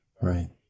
Right